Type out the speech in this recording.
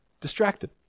Distracted